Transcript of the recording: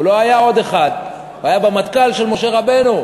הוא לא היה עוד אחד, הוא היה במטכ"ל של משה רבנו.